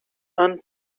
and